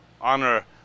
honor